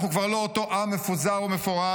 אנחנו כבר לא אותו עם מפוזר ומפורד,